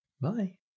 Bye